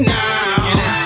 now